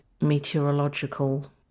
meteorological